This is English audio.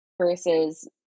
versus